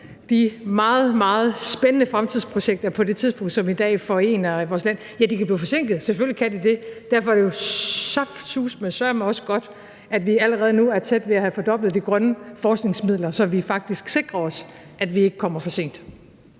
meget spændende fremtidsprojekter, som i dag forener vores land. Ja, de kan blive forsinkede – selvfølgelig kan de det. Derfor er det saftsuseme sørme også godt, at vi allerede nu er tæt på at have fordoblet de grønne forskningsmidler, så vi faktisk sikrer os, at vi ikke kommer for sent.